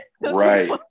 right